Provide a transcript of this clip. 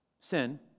Sin